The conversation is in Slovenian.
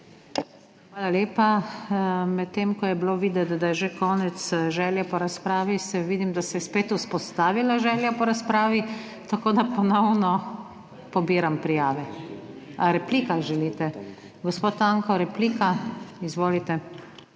Hvala lepa. Medtem ko je bilo videti, da je že konec želje po razpravi, vidim, da se je spet vzpostavila želja po razpravi, tako da ponovno pobiram prijave. A repliko želite? Gospod Tanko, replika, izvolite.